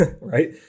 Right